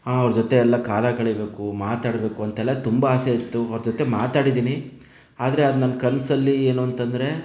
ಅವರ ಜೊತೆಯೆಲ್ಲ ಕಾಲ ಕಳೆಯಬೇಕು ಮಾತಾಡಬೇಕು ಅಂತೆಲ್ಲ ತುಂಬ ಆಸೆ ಇತ್ತು ಅವರ ಜೊತೆ ಮಾತಾಡಿದ್ದೀನಿ ಆದರೆ ಅದು ನನ್ನ ಕನಸಲ್ಲಿ ಏನು ಅಂತಂದರೆ